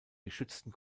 geschützten